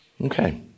okay